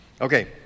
Okay